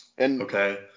Okay